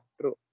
true